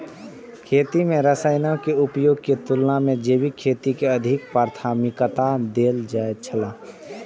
खेती में रसायनों के उपयोग के तुलना में जैविक खेती के अधिक प्राथमिकता देल जाय छला